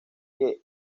que